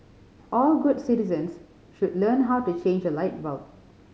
all good citizens should learn how to change a light bulb